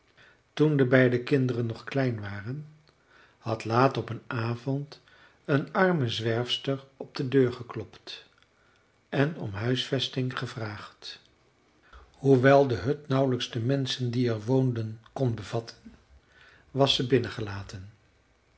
toen de beide kinderen nog klein waren had laat op een avond een arme zwerfster op de deur geklopt en om huisvesting gevraagd hoewel de hut nauwelijks de menschen die er woonden kon bevatten was ze binnengelaten